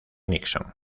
nixon